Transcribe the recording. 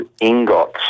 ingots